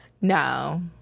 No